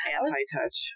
Anti-touch